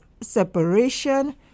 separation